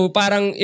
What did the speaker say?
parang